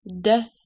Death